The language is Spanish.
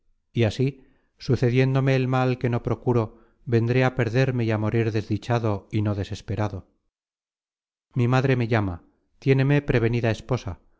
y así sucediéndome el mal que no procuro vendré á perderme y á morir desdichado y no desesperado mi madre me llama tiéneme prevenida esposa